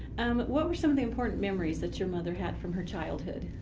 um what were some of the important memories that your mother had from her childhood?